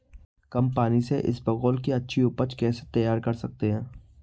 कम पानी से इसबगोल की अच्छी ऊपज कैसे तैयार कर सकते हैं?